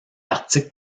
article